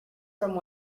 from